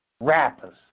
rappers